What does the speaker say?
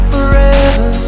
Forever